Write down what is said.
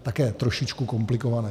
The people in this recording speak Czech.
Také trošičku komplikované.